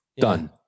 Done